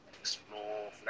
explore